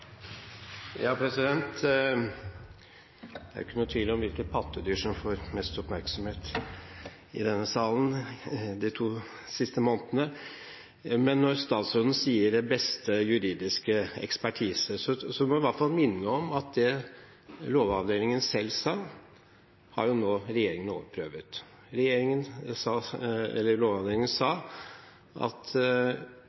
Det er ikke noen tvil om hvilket pattedyr som har fått mest oppmerksomhet i denne salen de to siste månedene. Men når statsråden sier «den beste juridiske ekspertise», må jeg i hvert fall minne om at det Lovavdelingen selv sa, har jo regjeringen nå overprøvd. Lovavdelingen sa at det kunne være tvilsomt om naturmangfoldloven skulle forstås slik eller